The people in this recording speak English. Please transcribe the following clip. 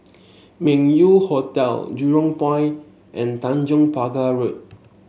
Meng Yew Hotel Jurong Point and Tanjong Pagar Road